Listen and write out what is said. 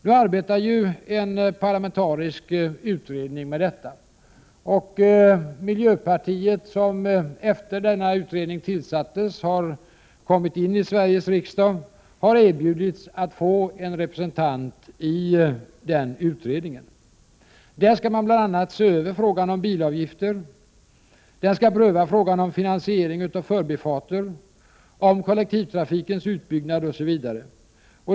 Nu arbetar ju en parlamentarisk utredning med detta, och miljöpartiet, som efter det att denna utredning tillsatts har kommit in i Sveriges riksdag, har erbjudits att få ha en representant i den utredningen. Där skall man bl.a. se över frågan om bilavgifter. Den skall pröva frågan om finansiering av förbifarter, kollektivtrafikens utbyggnad, osv.